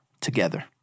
together